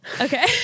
okay